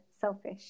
selfish